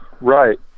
Right